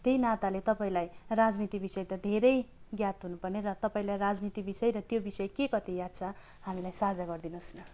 त्यही नाताले तपाईँ राजनीति विषय त धेरै याद हुनुपर्ने र तपाईँलाई राजनीति बिषय र त्यो विषय के कति याद छ हामीलाई साझा गरिदिनुहोस् न